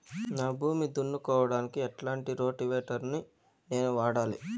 నా భూమి దున్నుకోవడానికి ఎట్లాంటి రోటివేటర్ ని నేను వాడాలి?